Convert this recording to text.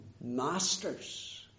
masters